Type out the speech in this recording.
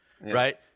right